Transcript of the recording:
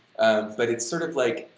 but it sort of like,